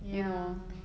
ya